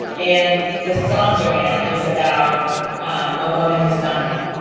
and the song, joanne is about um a woman who's dying